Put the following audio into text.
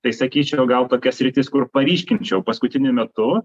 tai sakyčiau gal tokia sritis kur paryškinčiau paskutiniu metu